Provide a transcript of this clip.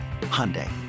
Hyundai